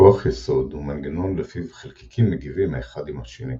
כוח יסוד הוא מנגנון לפיו חלקיקים מגיבים האחד עם השני,